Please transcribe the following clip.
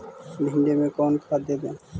भिंडी में कोन खाद देबै?